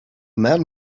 men